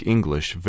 English